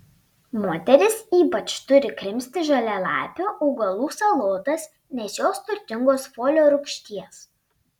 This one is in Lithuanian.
moterys ypač turi krimsti žalialapių augalų salotas nes jos turtingos folio rūgšties